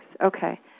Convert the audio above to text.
Okay